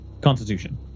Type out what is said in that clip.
Constitution